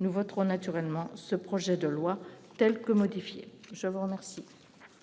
nous voterons naturellement ce projet de loi telle que modifiée, je vous remercie.